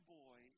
boy